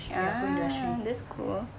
ah that's cool